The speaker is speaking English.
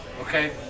Okay